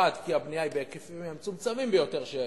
כי הבנייה היא בהיקפים מצומצמים ביותר,